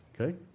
Okay